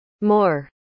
More